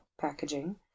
packaging